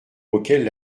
auxquelles